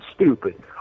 stupid